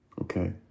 Okay